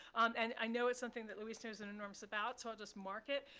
and i know it's something that luis knows and enormous about, so i'll just mark it.